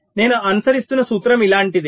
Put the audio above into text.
నేను అనుసరిస్తున్న సూత్రం ఇలాంటిదే